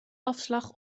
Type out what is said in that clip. afslag